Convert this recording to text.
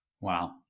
Wow